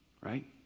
right